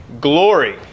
glory